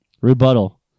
Rebuttal